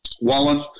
Wallen